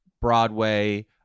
Broadway